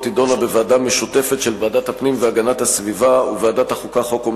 להחלפת סעיפים 1 8 ולתיקון סעיף 34א לתקנון